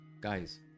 guys